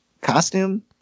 costume